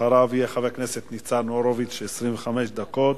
אחריו יהיה חבר הכנסת ניצן הורוביץ, 25 דקות,